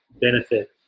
benefit